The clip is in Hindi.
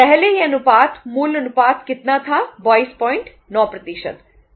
पहले यह अनुपात मूल अनुपात कितना था 229